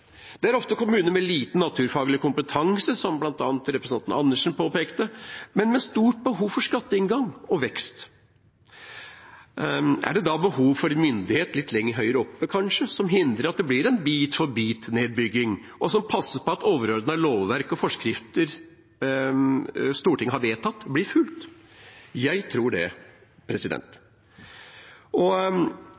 Det er ofte kommuner med liten naturfaglig kompetanse, som bl.a. representanten Andersen påpekte, men med stort behov for skatteinngang og vekst. Er det ikke da behov for en myndighet litt høyere oppe, kanskje, som hindrer at det blir en bit-for-bit-nedbygging, og som passer på at overordnet lovverk og forskrifter Stortinget har vedtatt, blir fulgt? Jeg tror det.